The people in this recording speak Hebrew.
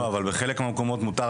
לא, אבל בחלק מהמקומות מותר